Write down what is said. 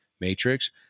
matrix